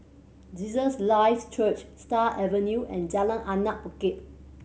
Jesus Live Church Stars Avenue and Jalan Anak Bukit